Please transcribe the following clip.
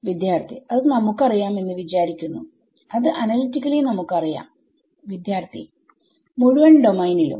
വിദ്യാർത്ഥി അത് നമുക്കറിയാം എന്ന് വിചാരിക്കുന്നു അത് അനലിറ്റിക്കലി നമുക്ക് അറിയാം വിദ്യാർത്ഥി മുഴുവൻ ഡൊമൈനിലും